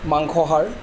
মাংসহাৰ